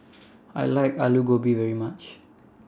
I like Alu Gobi very much